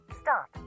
Stop